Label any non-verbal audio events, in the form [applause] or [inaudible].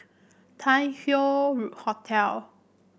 Tai Hoe [unintelligible] Hotel